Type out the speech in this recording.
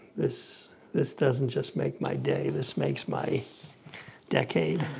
this this doesn't just make my day, this makes my decade.